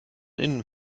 innen